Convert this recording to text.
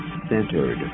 centered